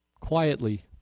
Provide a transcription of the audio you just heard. quietly